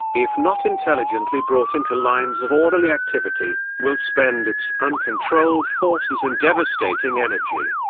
if not intelligently brought into lines of orderly activity, will spend its uncontrolled forces in devastating energy.